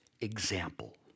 example